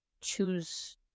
choose